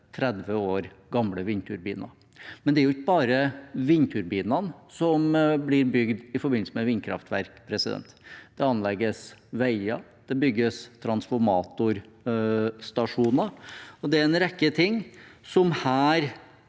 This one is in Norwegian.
30 år gamle vindturbi ner, men det er ikke bare vindturbinene som blir bygd i forbindelse med vindkraftverk. Det anlegges veier, og det bygges transformatorstasjoner. Det er en rekke ting som her